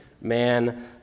man